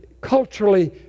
Culturally